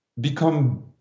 become